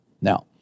now